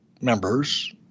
members